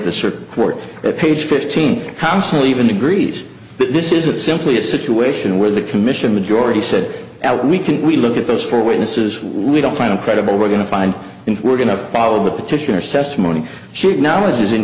circuit court at page fifteen constantly even agrees this is it simply a situation where the commission majority said that we can we look at those four witnesses we don't find credible we're going to find and we're going to follow the petitioners testimony sheet now it is